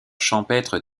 champêtre